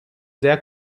sehr